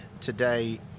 today